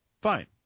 Fine